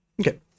Okay